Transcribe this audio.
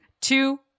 Two